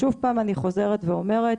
עוד פעם, אני חוזרת ואומרת,